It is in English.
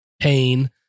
pain